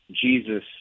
Jesus